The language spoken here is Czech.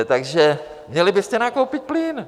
Takže měli byste nakoupit plyn.